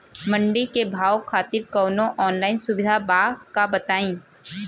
मंडी के भाव खातिर कवनो ऑनलाइन सुविधा बा का बताई?